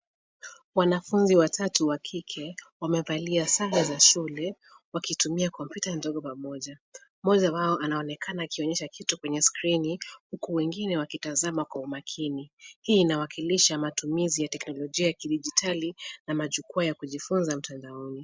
Wanafunzi watatu wa kike wamevalia sare za shule wakitumia kompyuta ndogo pamoja. Mmona wao anaonekana akionyesha kitu kwenye skrini, huku wengine wakitazama kwa umakini. Hii inawakilisha matumizi ya teknolojia ya kidijitali na majukwaa ya kujifunza mtandaoni.